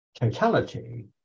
totality